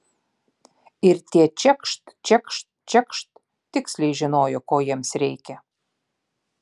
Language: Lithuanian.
ir tie čekšt čekšt čekšt tiksliai žinojo ko jiems reikia